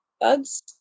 bugs